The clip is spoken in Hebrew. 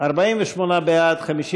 קבוצת סיעת מרצ,